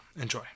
Enjoy